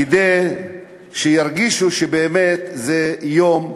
כדי שירגישו שבאמת זה יום שלהן.